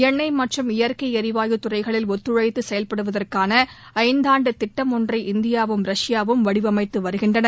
எண்ணெய் மற்றும் இயற்கை எரிவாயு துறைகளில் ஒத்துழைத்து செயல்படுவதற்கான ஐந்தாண்டு திட்டம் ஒன்றை இந்தியா ரஷ்யாவும் வடிவமைத்து வருகின்றன